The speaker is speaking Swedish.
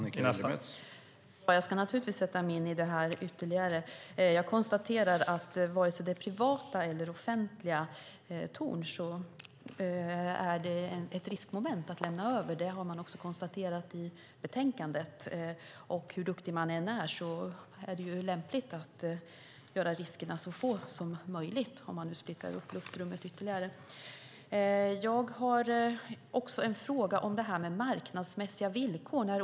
Herr talman! Jag ska naturligtvis sätta mig in i detta ytterligare. Jag konstaterar att vare sig det är privata eller offentliga torn är det ett riskmoment att lämna över. Det har man också konstaterat i betänkandet. Hur duktig man än är är det lämpligt att göra riskerna så få som möjligt om man nu styckar upp luftrummet ytterligare. Jag har också en fråga om marknadsmässiga villkor.